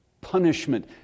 Punishment